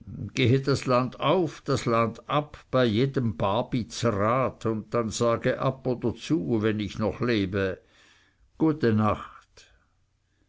gehe das land auf das land ab bei jedem babi zrat dann sage ab oder zu wenn ich noch lebe gut nacht